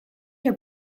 your